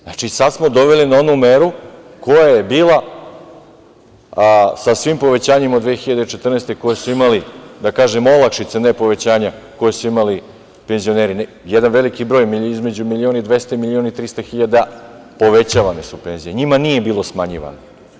Znači, sad smo doveli na onu meru koja je bila sa svim povećanjima od 2014. godine, koje su imali, da kažem olakšice, ne povećanja, koje su imali penzioneri, jedan veliki broj, između milion i 200 i milion i 300 hiljada povećavane su penzije, njima nije bilo smanjivano.